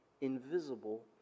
Invisible